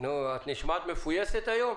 את נשמעת מפויסת היום?